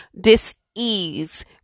dis-ease